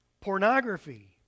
pornography